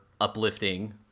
uplifting